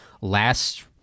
last